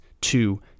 two